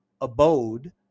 abode